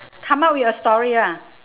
come up with a story lah